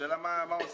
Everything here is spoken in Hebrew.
השאלה מה עושים.